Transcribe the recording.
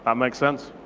um makes sense.